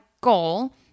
goal